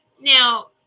Now